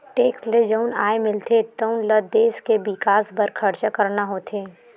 tax ले जउन आय मिलथे तउन ल देस के बिकास बर खरचा करना होथे